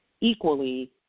equally